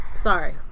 Sorry